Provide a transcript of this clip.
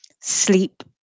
sleep